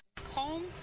home